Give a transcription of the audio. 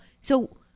So-